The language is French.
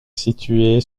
située